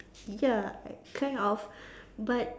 ya like kind of but